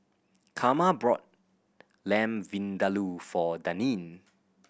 Carma brought Lamb Vindaloo for Daneen